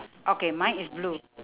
okay mine is blue